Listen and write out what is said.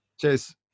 Cheers